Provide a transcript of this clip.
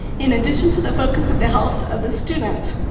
in addition to the focus of the health of the student,